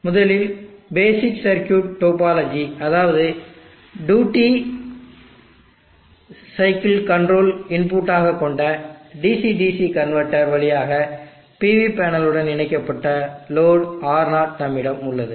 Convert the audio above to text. முதலில் basic circuit topology அதாவது duty சைக்கிளை கண்ட்ரோல் இன்புட்டாக கொண்ட DC DC கன்வெர்ட்டர் வழியாக PV பேனல் உடன் இணைக்கப்பட்ட லோடு R0 நம்மிடம் உள்ளது